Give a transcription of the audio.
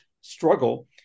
struggle